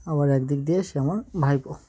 আবার একদিক দিয়ে সে আমার ভাইপো